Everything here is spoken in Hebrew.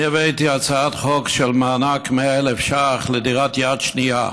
אני הבאתי הצעת חוק של מענק 100,000 שקל לדירת יד שנייה.